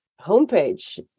homepage